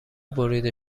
بریده